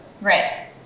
right